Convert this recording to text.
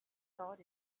thought